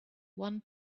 one